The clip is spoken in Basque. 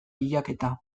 bilaketa